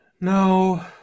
No